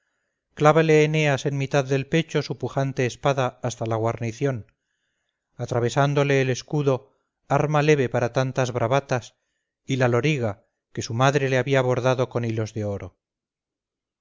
eneas en mitad del pecho su pujante espada hasta la guarnición atravesándole el escudo arma leve para tantas bravatas y la loriga que su madre le había bordado con hilos de oro